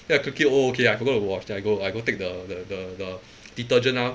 then I quickly oh okay I forgot to wash then I go I go take the the the the detergent ah